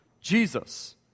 Jesus